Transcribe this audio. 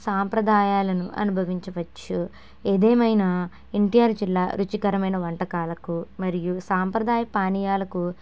సాంప్రదాయాలను అనుభవించవచ్చు ఏదేమైనా ఎన్ టీ ఆర్ జిల్లా రుచికరమైన వంటకాలకు మరియు సాంప్రదాయ పానీయాలకు